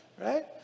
right